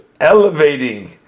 elevating